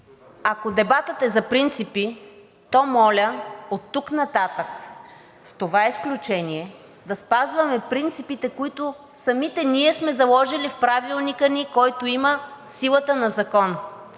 ако дебатът е за принципи, то моля оттук нататък, с това изключение, да спазваме принципите, които самите ние сме заложили в Правилника, който има силата на закон,